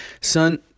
son